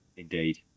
Indeed